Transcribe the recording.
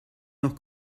noch